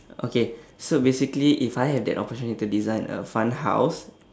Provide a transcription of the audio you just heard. okay so basically if I have that opportunity to design a fun house